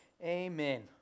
Amen